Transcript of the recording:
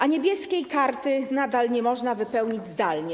A „Niebieskiej karty” nadal nie można wypełnić zdalnie.